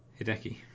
Hideki